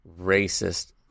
racist